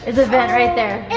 there's a vent right there.